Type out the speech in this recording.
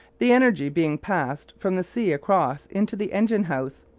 the energy being passed from the sea across into the engine-house.